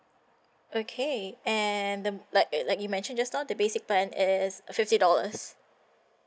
okay and the like it you mentioned just now the basic plan is fifty dollars